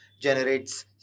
generates